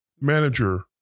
manager